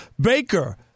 Baker